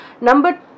Number